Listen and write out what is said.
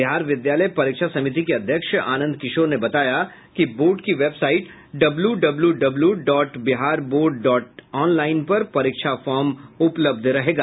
बिहार विद्यालय परीक्षा समिति के अध्यक्ष आनंद किशोर ने बताया कि बोर्ड की website W W W dot Bihar board dot online पर परीक्षा फॉर्म उपलब्ध रहेगा